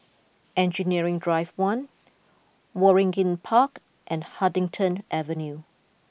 Engineering Drive one Waringin Park and Huddington Avenue